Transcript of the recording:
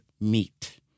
meet